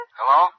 Hello